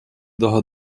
daha